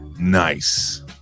nice